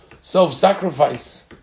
self-sacrifice